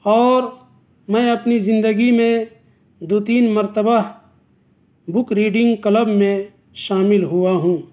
اور میں اپنی زندگی میں دو تین مرتبہ بک ریڈنگ کلب میں شامل ہوا ہوں